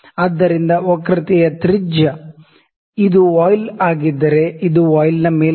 ಆದ್ದರಿಂದ ವಕ್ರತೆಯ ತ್ರಿಜ್ಯ ಇದು ವಾಯ್ಲ್ ಆಗಿದ್ದರೆ ಇದು ವಾಯ್ಲ್ನ ಮೇಲ್ಮೈ